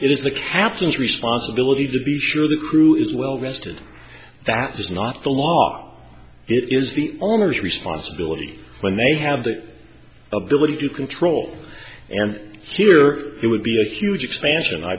it is the captain's responsibility to be sure the crew is well rested that is not the law it is the owner's responsibility when they have the ability to control and here it would be a huge expansion i